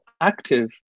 active